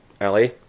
Ellie